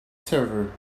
server